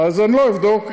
אז לא אבדוק.